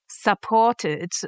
supported